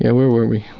yeah were were we?